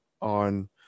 on